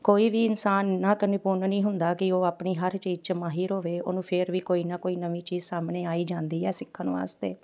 ਕੋਈ ਵੀ ਇਨਸਾਨ ਇੰਨਾ ਕੁ ਨਿਪੁੰਨ ਨਹੀਂ ਹੁੰਦਾ ਕਿ ਉਹ ਆਪਣੀ ਹਰ ਚੀਜ਼ 'ਚ ਮਾਹਰ ਹੋਵੇ ਉਹਨੂੰ ਫਿਰ ਵੀ ਕੋਈ ਨਾ ਕੋਈ ਨਵੀਂ ਚੀਜ਼ ਸਾਹਮਣੇ ਆ ਹੀ ਜਾਂਦੀ ਆ ਸਿੱਖਣ ਵਾਸਤੇ